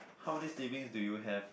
how many siblings do you have